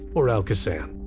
or alcosan.